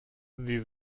sie